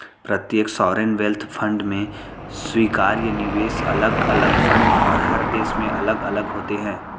प्रत्येक sovereign wealth fund में स्वीकार्य निवेश अलग अलग फंड और हर देश में अलग अलग होते हैं